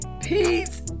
peace